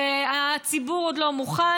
שהציבור עוד לא מוכן,